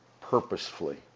purposefully